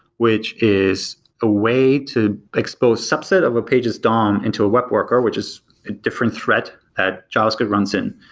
which is a way to expose subset of webpages dom into a web worker, which is a different threat that javascript runs in.